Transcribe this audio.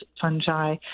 fungi